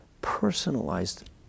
personalized